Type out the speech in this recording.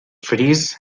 fris